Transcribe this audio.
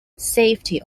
safety